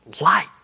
light